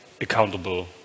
accountable